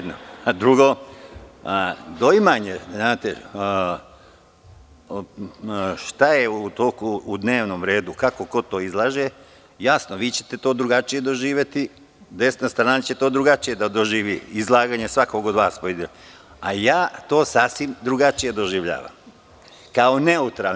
Drugo, doimanje šta je u toku u dnevnom redu, kako ko to izlaže, jasno je da ćete vi to drugačije doživeti, desna strana će drugačije doživi izlaganje svakog od vas pojedinačno, a ja to sasvim drugačije doživljavam kao neutralan.